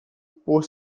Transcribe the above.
por